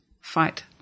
fight